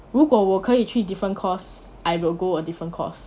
如果我可以去 different course I will go a different course